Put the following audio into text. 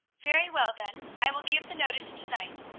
very well, then, i will give the notice to-night.